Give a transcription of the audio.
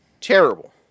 terrible